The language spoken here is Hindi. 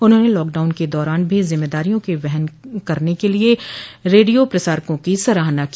उन्होंने लॉकडाउन के दौरान भी जिम्मेदारियों के निर्वहन के लिए रेडियो प्रसारकों की सराहना की